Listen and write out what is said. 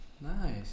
Nice